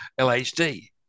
LHD